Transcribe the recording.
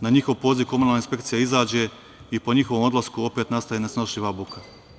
Na njihov poziv komunalna inspekcija izađe i po njihovom odlasku opet nastaje nesnošljiva buka.